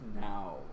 now